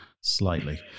Slightly